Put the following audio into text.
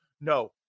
no